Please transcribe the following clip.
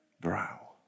brow